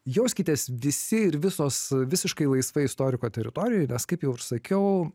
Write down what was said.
jauskitės visi ir visos visiškai laisvai istoriko teritorijoj nes kaip jau ir sakiau